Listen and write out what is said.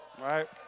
Right